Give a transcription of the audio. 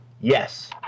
yes